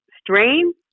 Strain